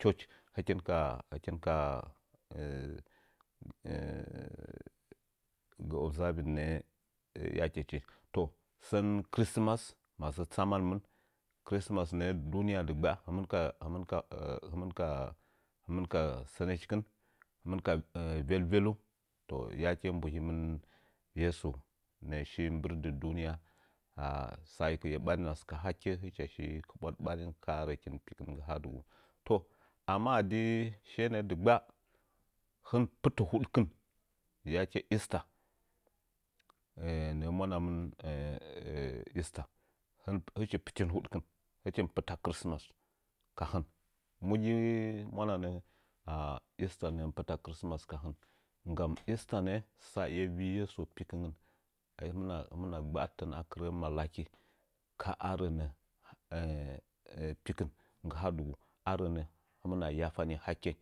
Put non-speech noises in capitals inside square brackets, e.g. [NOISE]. church hɨkin ka hɨkin ka [HESITATION] gə observing nə'ə yakechi toh sən chrismas masə tsaman mɨn chrismas nə'ə duniya digba ɨmka hɨmɨnka hɨmɨnka sənəchikɨn hɨmɨnka velvel toh yake mbuhim yeso nə'ə shi mbərdɨ duniya a sayekiye ɓarin asɨkə hake hɨcha shi kebwadɨ ɓarin kaa rəkən pikɨn nggɨ haadɨgu toh amma adi ishye nəꞌə dɨgba hən pɨtə hudkin yake esther nə'ə mwanamɨn [HESITATION] esther hɨchi pɨtin hudkɨn hɨchim pɨta chrismas ka hən mugi ni mwananə [HESITATION] esther nə'ə mɨ pɨta chrsimas ka hɨn ndanya esther nə'ə saye vi yeso pikɨngən hɨmna gba'antɨn akirə malaki kaa rənə [HESITATION] pikiti nggɨ hadɨgu arənə hɨmna yafani haken.